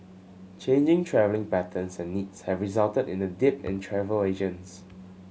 changing travelling patterns and needs have resulted in a dip in travel agents